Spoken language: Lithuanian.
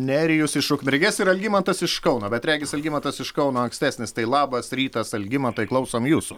nerijus iš ukmergės ir algimantas iš kauno bet regis algimantas iš kauno ankstesnis tai labas rytas algimantai klausom jūsų